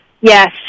Yes